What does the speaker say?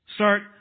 Start